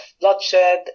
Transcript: bloodshed